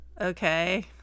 okay